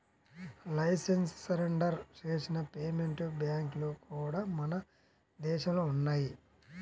licence surrender చేసిన payment బ్యాంక్లు కూడా మన దేశంలో ఉన్నయ్యి